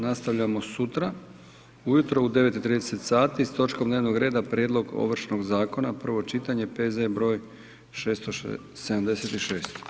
Nastavljamo sutra ujutro u 9,30 sati s točkom dnevnog reda Prijedlog Ovršnog zakona, prvo čitanje, P.Z. br. 676.